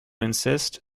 insist